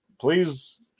please